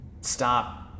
stop